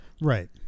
Right